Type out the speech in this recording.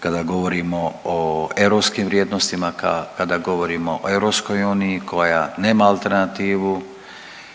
kada govorimo o europskim vrijednostima, kada govorimo o EU koja nema alternativu,